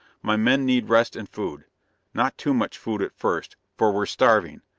my men need rest and food not too much food, at first, for we're starving.